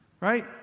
Right